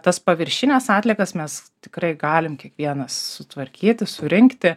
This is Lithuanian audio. tas paviršines atliekas mes tikrai galim kiekvienas sutvarkyti surinkti